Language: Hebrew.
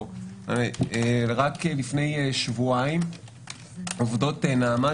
רק לפני שבועיים עובדות נעמ"ת